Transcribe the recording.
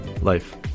life